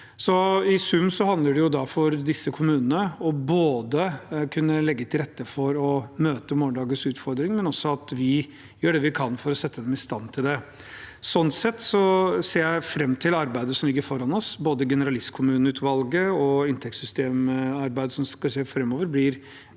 I sum handler det da for disse kommunene både om å kunne legge til rette for å møte morgendagens utfordringer, og om at vi gjør det vi kan for å sette dem i stand til det. Slik sett ser jeg fram til arbeidet som ligger foran oss. Både generalistkommuneutvalget og inntektssystemarbeidet som skal gjøres framover, blir viktige